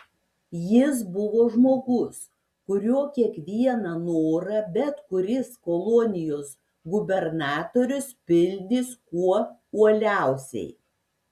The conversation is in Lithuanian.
jis buvo žmogus kurio kiekvieną norą bet kuris kolonijos gubernatorius pildys kuo uoliausiai